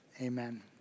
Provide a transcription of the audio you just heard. amen